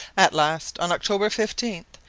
at last, on october fifteen,